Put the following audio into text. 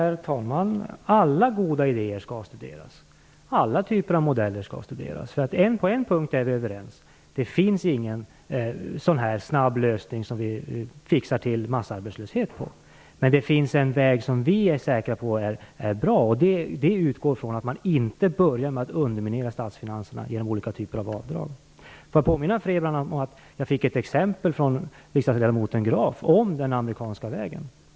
Herr talman! Alla goda idéer och alla typer av modeller skall studeras. På en punkt är vi överens: Det finns ingen snabblösning på massarbetslösheten. Men det finns en väg som vi är säkra på är bra. Där utgår man ifrån att inte börja underminera statsfinanserna med olika typer av avdrag. Jag fick ett exempel av riksdagsledamoten Graf på den amerikanska vägen.